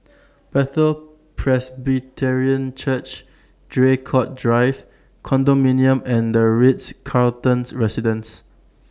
Bethel Presbyterian Church Draycott Drive Condominium and The Ritz Carlton's Residences